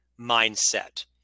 mindset